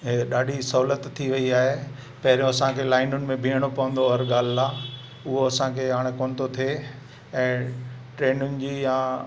ॾाढी सहुलियत थी वयी आहे पहिरियों असांखे लाइनुंन में बीहणो पवंदो हर ॻाल्हि लाइ हूअ हाणे असांखे कोन्ह थो थिए ऐं ट्रेनुंनि जी या